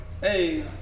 Hey